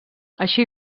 així